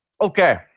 okay